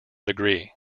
degree